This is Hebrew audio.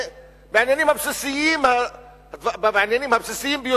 בעניינים הבסיסיים ביותר,